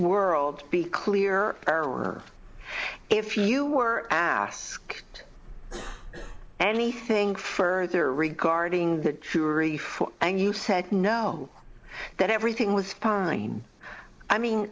world be clear or or if you were asked anything further regarding the jury and you said no that everything was fine i mean